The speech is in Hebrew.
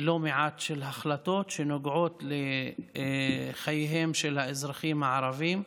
לא מועט של החלטות שנוגעות לחייהם של האזרחים הערבים: